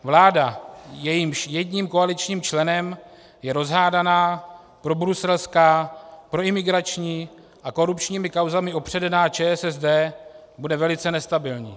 Vláda, jejímž jedním koaličním členem je rozhádaná, probruselská, proimigrační a korupčními kauzami opředená ČSSD, bude velice nestabilní.